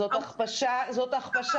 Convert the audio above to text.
זאת הכפשה.